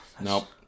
Nope